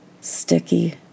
sticky